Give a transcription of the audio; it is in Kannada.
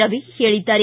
ರವಿ ಹೇಳಿದ್ದಾರೆ